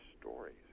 stories